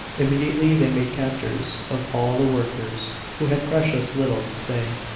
immediately they made captors of all the workers, who had precious little to say.